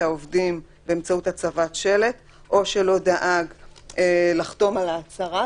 העובדים באמצעות הצבת שלט או שלא דאג לחתום על ההצהרה,